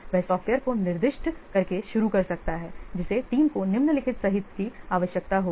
वह सॉफ्टवेयर को निर्दिष्ट करके शुरू कर सकता है जिसे टीम को निम्नलिखित सहित की आवश्यकता होगी